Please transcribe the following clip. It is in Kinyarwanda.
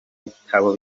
bitabo